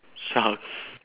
shark